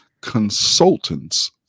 consultants